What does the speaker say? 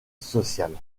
sociale